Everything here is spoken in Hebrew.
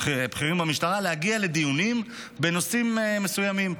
הבכירים במשטרה להגיע לדיונים בנושאים מסוימים.